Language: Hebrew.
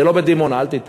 זה לא בדימונה, אל תטעה.